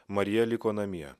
marija liko namie